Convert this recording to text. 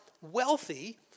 wealthy